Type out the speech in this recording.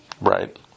Right